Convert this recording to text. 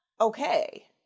okay